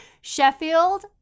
sheffield